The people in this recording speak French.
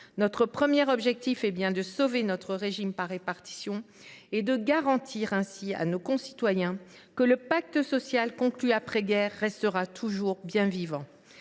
Notre principal objectif est bien de sauver notre régime par répartition et de garantir ainsi à nos concitoyens que le pacte social conclu après guerre restera toujours bien vivant.